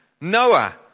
Noah